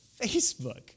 Facebook